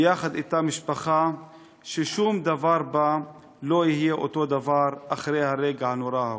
ויחד אתה משפחה ששום דבר בה לא יהיה אותו דבר אחרי הרגע הנורא ההוא: